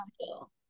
skill